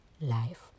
life